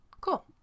Cool